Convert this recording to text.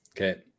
okay